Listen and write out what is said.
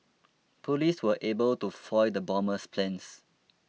police were able to foil the bomber's plans